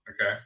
Okay